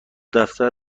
دفتر